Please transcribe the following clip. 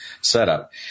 setup